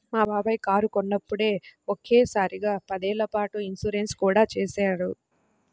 మా బాబాయి కారు కొన్నప్పుడే ఒకే సారిగా పదేళ్ళ పాటు ఇన్సూరెన్సు కూడా చేసేశాడు